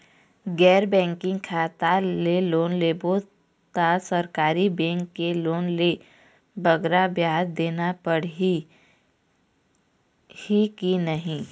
गैर बैंकिंग शाखा ले लोन लेबो ता सरकारी बैंक के लोन ले बगरा ब्याज देना पड़ही ही कि नहीं?